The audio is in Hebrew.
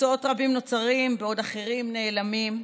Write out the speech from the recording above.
מקצועות רבים נוצרים בעוד אחרים נעלמים,